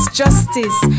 justice